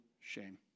shame